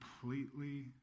completely